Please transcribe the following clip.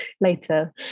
later